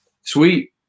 sweet